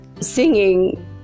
singing